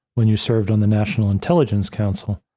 when you served on the national intelligence council.